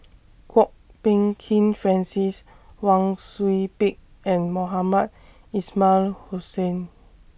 Kwok Peng Kin Francis Wang Sui Pick and Mohamed Ismail Hussain